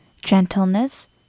gentleness